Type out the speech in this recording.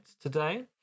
today